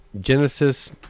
Genesis